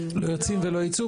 לא יוצאים ולא ייצאו?